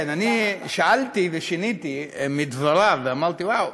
אני שאלתי ושיניתי מדבריו, ואמרתי: וואו,